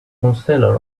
counselor